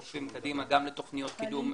דוחפים קדימה גם לתוכניות קידום,